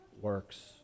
works